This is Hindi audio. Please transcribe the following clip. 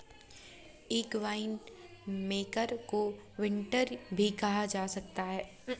एक वाइनमेकर को विंटनर भी कहा जा सकता है